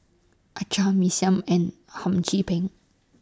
Acar Mee Siam and Hum Chim Peng